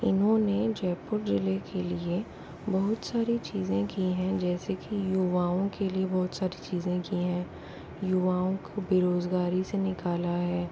इन्होने जयपुर ज़िले के लिए बहुत सारी चीज़ें की हैं जैसे कि युवाओं के लिए बहुत सारी चीज़ें की हैं युवाओं को बेरोज़गारी से निकाला है